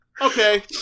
Okay